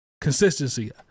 consistency